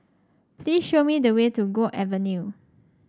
please show me the way to Guok Avenue